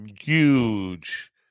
huge